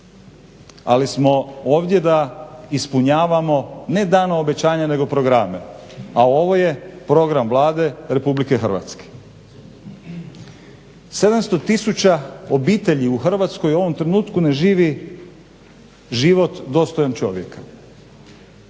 ali smo ovdje da ispunjavamo ne dano obećanje nego programe a ovo je program Vlade RH. 700 tisuća obitelji u Hrvatskoj u ovom trenutku ne živi život dostojan čovjeka,